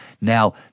Now